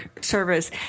service